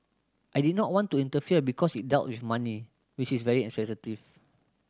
I did not want to interfere because it dealt with money which is very sensitive